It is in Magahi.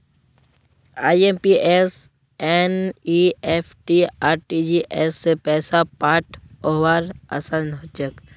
आइ.एम.पी.एस एन.ई.एफ.टी आर.टी.जी.एस स पैसा पठऔव्वार असान हछेक